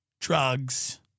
drugs